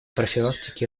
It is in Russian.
профилактике